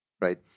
right